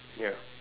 ya